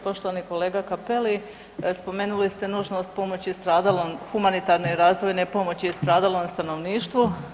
Poštovani kolega Cappelli spomenuli ste nužnost pomoći stradalom, humanitarne razvojne pomoći stradalom stanovništvu.